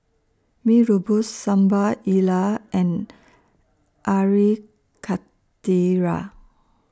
Mee Rebus Sambal Lala and Karthira